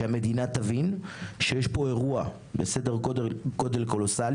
שהמדינה תבין שיש פה אירוע בסדר גודל קולוסלי